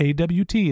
AWT